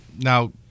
Now